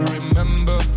Remember